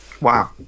Wow